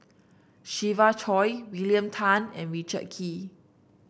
Siva Choy William Tan and Richard Kee